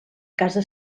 casa